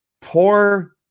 poor